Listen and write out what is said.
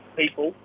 people